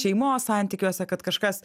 šeimos santykiuose kad kažkas